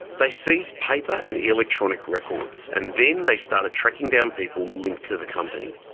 they seized paper and electronic records and then they started tracking down people linked to the company.